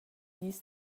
dis